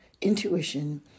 intuition